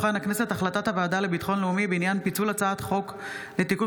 החלטת הוועדה לביטחון לאומי בעניין פיצול הצעת חוק לתיקון